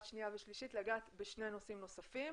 שנייה ושלישית אני כן רוצה לגעת בשני נושאים נוספים